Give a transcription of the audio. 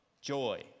...joy